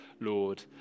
Lord